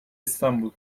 i̇stanbul